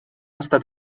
estat